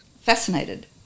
fascinated